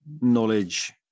knowledge